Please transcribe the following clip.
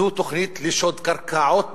זו תוכנית לשוד קרקעות במוצהר,